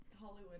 Hollywood